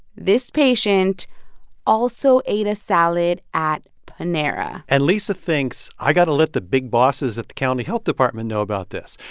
this patient also ate a salad at panera and lisa thinks, i got to let the big bosses at the county health department know about this.